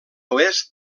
oest